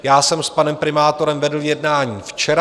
Já jsem s panem primátorem vedl jednání včera.